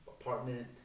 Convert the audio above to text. apartment